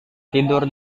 tidur